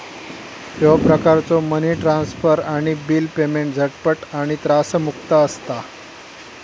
ह्यो प्रकारचो money transfer आणि बिल पेमेंट झटपट आणि त्रासमुक्त असता